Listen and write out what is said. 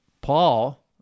Paul